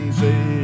say